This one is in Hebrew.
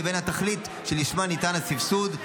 לבין התכלית שלשמה ניתן הסבסוד,